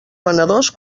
venedors